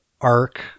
arc